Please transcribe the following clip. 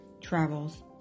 travels